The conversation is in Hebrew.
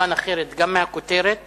הובן אחרת גם מהכותרת